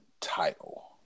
title